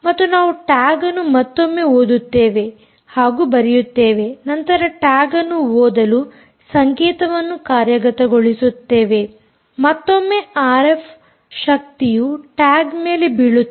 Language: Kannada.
ಮತ್ತು ನಾವು ಟ್ಯಾಗ್ ಅನ್ನು ಮತ್ತೊಮ್ಮೆ ಓದುತ್ತೇವೆ ಹಾಗೂ ಬರೆಯುತ್ತೇವೆ ನಂತರ ಟ್ಯಾಗ್ಅನ್ನು ಓದಲು ಸಂಕೇತವನ್ನು ಕಾರ್ಯಗತಗೊಳಿಸುತ್ತೇವೆ ಮತ್ತೊಮ್ಮೆ ಆರ್ಎಫ್ ಶಕ್ತಿಯು ಟ್ಯಾಗ್ ಮೇಲೆ ಬೀಳುತ್ತದೆ